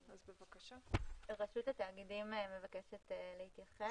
לסוגיה הזו, רשות התאגידים מבקשת להתייחס.